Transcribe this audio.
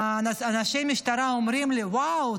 אנשי משטרה אומרים לי: וואו,